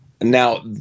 Now